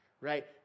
right